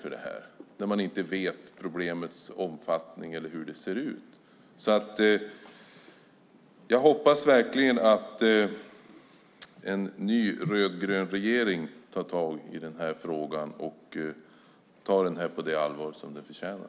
Man vet alltså inte problemets omfattning eller hur det ser ut. Jag hoppas verkligen att en ny, en rödgrön, regering tar tag i frågan och tar den på det allvar som den förtjänar.